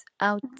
out